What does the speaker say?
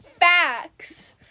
Facts